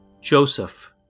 Joseph